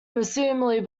presumably